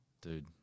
Dude